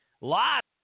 Lots